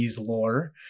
lore